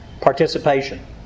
Participation